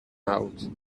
out